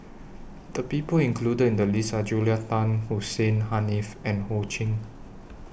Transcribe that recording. The People included in The list Are Julia Tan Hussein Haniff and Ho Ching